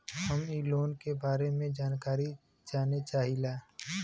हम इ लोन के बारे मे जानकारी जाने चाहीला?